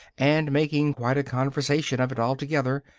and making quite a conversation of it altogether,